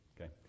Okay